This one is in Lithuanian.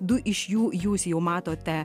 du iš jų jūs jau matote